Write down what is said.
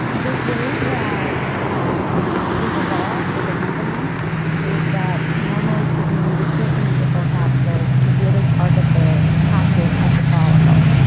the way that we've evolved as a company is that normally speaking you would take the nutrafol capsules to really target the pathways at the follicle.